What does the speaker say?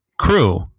crew